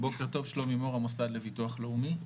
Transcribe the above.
בוקר טוב, שלומי מור, המוסד לביטוח לאומי.